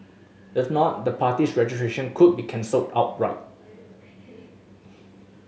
if not the party's registration could be cancelled outright